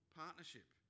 partnership